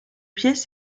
pièces